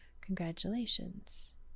congratulations